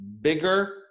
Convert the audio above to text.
bigger